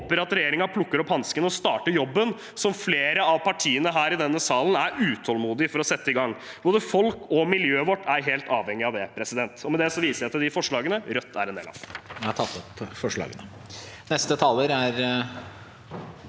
håper at regjeringen plukker opp hansken og starter jobben, som flere av partiene her i denne salen er utålmodige etter å sette i gang. Både folk og miljøet vårt er helt avhengig av det. Med det viser jeg til de forslagene Rødt er med på. André N. Skjelstad